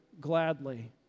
gladly